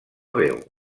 veu